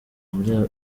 muri